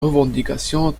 revendication